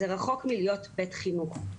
זה רחוק מלהיות בית חינוך.